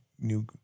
new